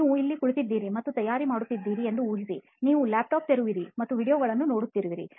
ನೀವು ಇಲ್ಲಿ ಕುಳಿತಿದ್ದೀರಿ ಮತ್ತು ತಯಾರಿ ಮಾಡುತ್ತಿದ್ದೀರಿ ಎಂದು ಊಹಿಸಿ ನೀವು laptop ತೆರೆಯುವಿರಿ ನೀವು videoಗಳನ್ನು ನೋಡುತ್ತಿರುವಿರಿ